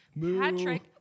Patrick